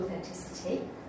authenticity